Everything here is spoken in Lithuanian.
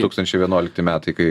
tūkstančiai vienuolikti metai kai